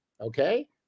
okay